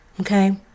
okay